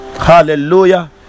Hallelujah